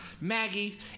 Maggie